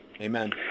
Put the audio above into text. Amen